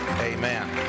Amen